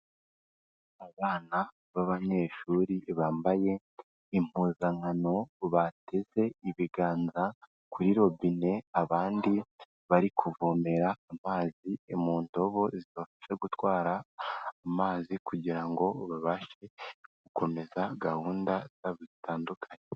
Abana b'abanyeshuri bambaye impuzankano bateze ibiganza kuri robine abandi bari kuvomera amazi mu ndobo zibafasha gutwara, amazi kugira ngo babashe gukomeza gahunda zabo zitandukanye.